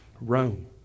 Rome